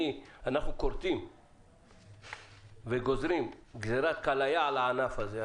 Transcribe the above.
אנחנו גוזרים גזירה לקהל הענף הזה,